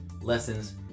lessons